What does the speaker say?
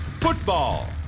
Football